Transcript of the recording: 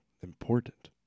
important